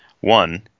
One